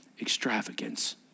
extravagance